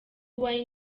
wine